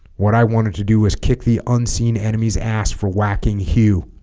what i wanted to do was kick the unseen enemy's ass for whacking hue